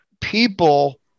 people